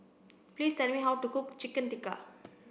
please tell me how to cook Chicken Tikka